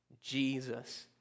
Jesus